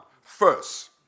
first